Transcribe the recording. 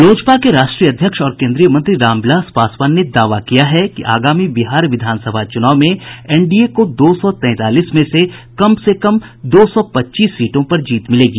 लोजपा के राष्ट्रीय अध्यक्ष और कोन्द्रीय मंत्री रामविलास पासवान ने दावा किया है कि आगामी बिहार विधानसभा चुनाव में एनडीए को दो सौ तेंतालीस में से कम से कम दो सौ पच्चीस सीटों पर जीत मिलेगी